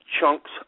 chunks